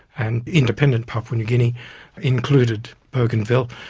and independent papua new guinea included bougainville,